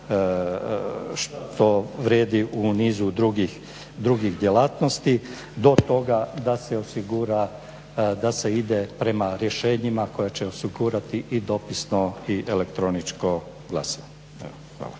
što vrijedi u nizu drugih djelatnosti do toga da se osigura da se ide prema rješenjima koja će osigurati i dopisno elektroničko glasovanje.